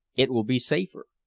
it will be safer.